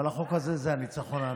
אבל החוק הזה זה הניצחון האמיתי,